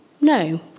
No